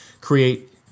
create